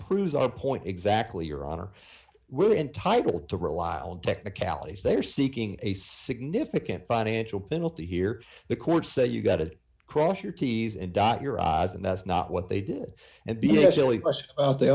proves our point exactly your honor we're entitled to rely on technicalities they're seeking a significant financial penalty here the courts say you got it cross your t s and dot your i's and that's not what they did and be actually